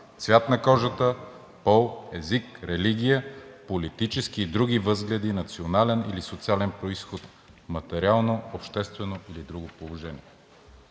цвят на кожата, пол, език, религия, политически и други възгледи, национален или социален произход, материално, обществено или друго положение.